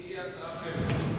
יש לי הצעה אחרת.